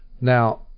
Now